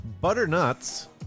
Butternut's